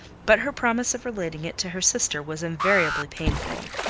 but her promise of relating it to her sister was invariably painful.